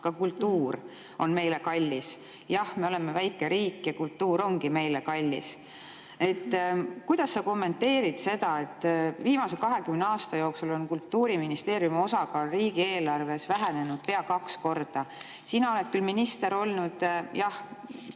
Ka kultuur on meile kallis. Jah, me oleme väike riik ja kultuur ongi meile kallis. Kuidas sa kommenteerid seda, et viimase 20 aasta jooksul on Kultuuriministeeriumi osakaal riigieelarves vähenenud pea kaks korda? Sina oled küll minister olnud, jah,